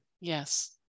Yes